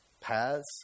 Paths